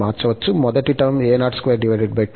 మొదటి term a022 ఇది a024